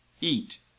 eat